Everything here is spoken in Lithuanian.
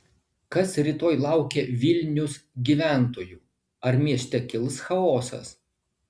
kas rytoj laukia vilnius gyventojų ar mieste kils chaosas